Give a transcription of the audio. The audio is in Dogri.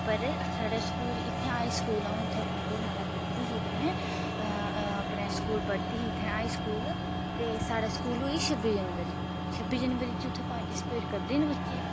पर साढ़ै स्कूल इत्थें हाई स्कूल अ'ऊं अपने हाई कोड़ नाले पढ़दी ही इत्थें अपने स्कूल पढ़दी ही इत्थें हाई स्कूल ते साढ़े स्कूल होई छब्बी जनबरी छब्बी जनबरी च उत्थें पार्टिसिपेट करदे ने बच्चे